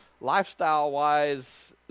lifestyle-wise